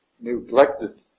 neglected